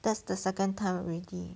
that's the second time already